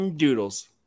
doodles